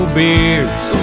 beers